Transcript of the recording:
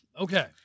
okay